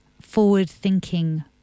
forward-thinking